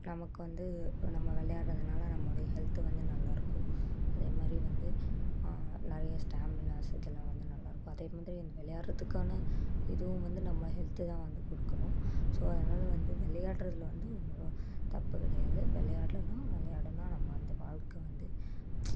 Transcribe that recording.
நமக்கு வந்து நம்ம விளையாடுறதுனால் நம்முடைய ஹெல்த்து வந்து நல்லா இருக்கும் அதே மாதிரி வந்து நிறைய ஸ்டாமினாஸ் இதெல்லாம் வந்து நல்லா இருக்கும் அதே மாதிரி இந்த விளையாடுகிறதுக்கான இதுவும் வந்து நம்ம ஹெல்த்து தான் வந்து கொடுக்கணும் ஸோ அதனால வந்து விளையாடுறதில் வந்து ஒன்றும் தப்பு கிடையாது விளையாடலைன்னா விளையாடின்னா நம்ம வந்து வாழ்க்கை வந்து